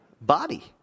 body